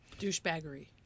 douchebaggery